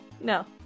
No